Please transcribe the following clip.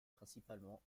principalement